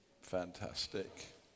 Fantastic